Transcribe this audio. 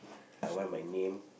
I want my name